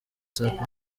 whatsapp